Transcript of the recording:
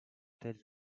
tels